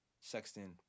Sexton